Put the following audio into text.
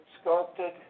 sculpted